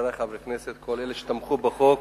חברי חברי הכנסת, כל אלה שתמכו בחוק,